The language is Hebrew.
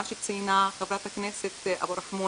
מה שציינה חברת הכנסת אבו רחמון,